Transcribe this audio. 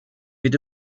wird